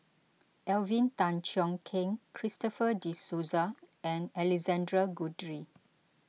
Alvin Tan Cheong Kheng Christopher De Souza and Alexander Guthrie